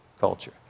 culture